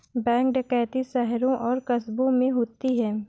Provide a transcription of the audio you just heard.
bank डकैती शहरों और कस्बों में होती है